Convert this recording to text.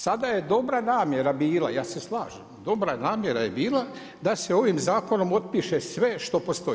Sada je dobra namjera bila, ja se slažem, dobra namjera je bila da se ovim zakonom otpiše sve što postoji.